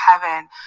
heaven